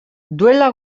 duela